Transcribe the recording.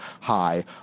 high